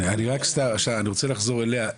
רק שניה, אני רוצה לחזור אליה,